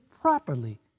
properly